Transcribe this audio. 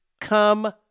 come